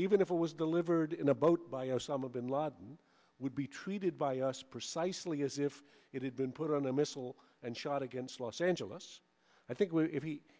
even if it was delivered in a boat by osama bin laden would be treated by us precisely as if it had been put on a missile and shot against los angeles i think